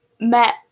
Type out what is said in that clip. met